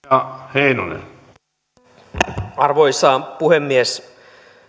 arvoisa puhemies